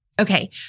okay